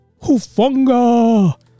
Hufunga